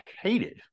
hated